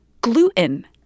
Gluten